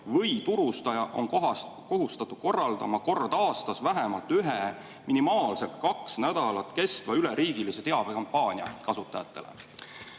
või turustaja on kohustatud korraldama kord aastas vähemalt ühe minimaalselt kaks nädalat kestva üleriigilise teabekampaania kasutajatele.